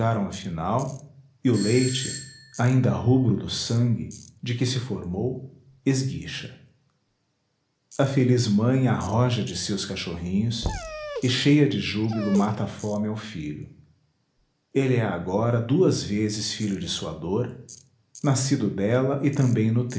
apojaram afinal e o leite ainda rubro do sangue de que se formou esguicha a feliz mãe arroja de si os cachorrinhos e cheia de júbilo mata a fome ao filho ele é agora duas vezes filho de sua dor nascido dela e também